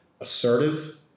assertive